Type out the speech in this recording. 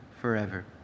forever